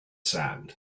sand